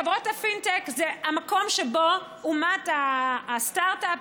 חברות הפינטק זה המקום שבו אומת הסטרטאפ,